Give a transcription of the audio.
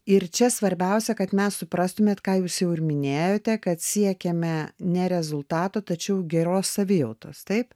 ir čia svarbiausia kad mes suprastumėt ką jūs jau ir minėjote kad siekiame ne rezultato tačiau geros savijautos taip